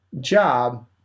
job